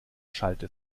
schallte